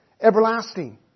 everlasting